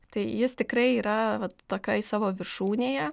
tai jis tikrai yra vat tokioj savo viršūnėje